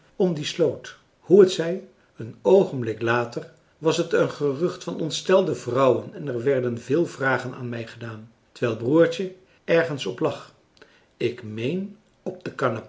hoe het zij een oogenblik later was het een gerucht van ontstelde vrouwen en er werden veel vragen aan mij gedaan terwijl broertje ergens op lag